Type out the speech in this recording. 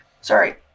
Sorry